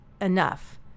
enough